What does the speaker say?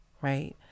right